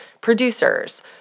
producers